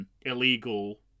illegal